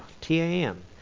T-A-M